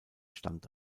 stand